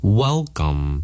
welcome